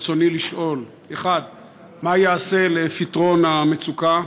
רצוני לשאול: 1. מה ייעשה לפתרון המצוקה?